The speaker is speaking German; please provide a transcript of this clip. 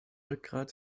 rückgrat